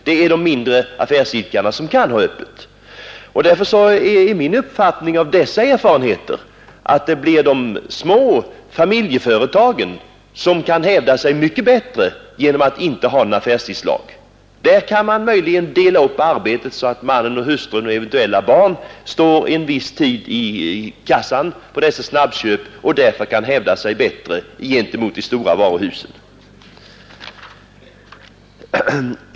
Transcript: Det är de mindre affärsidkarna som kan ha öppet. Därför är min erfarenhet av dessa iakttagelser att det blir de små familjeföretagen som kan hävda sig mycket bättre genom att inte ha affärstidslag. Där kan man möjligen dela upp arbetet så att mannen och hustrun och eventuella barn står en viss tid i kassan i dessa snabbköp och därför kan hävda sig bättre gentemot de stora varuhusen.